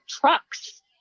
trucks